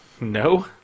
no